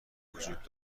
وجود